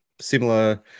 similar